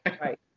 Right